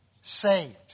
saved